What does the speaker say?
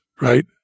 right